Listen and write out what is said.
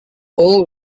all